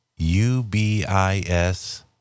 ubis